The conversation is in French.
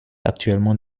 actuellement